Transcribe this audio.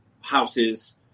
houses